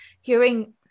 hearing